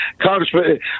congressman